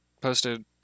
Posted